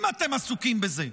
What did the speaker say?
אם אתם עסוקים בזה,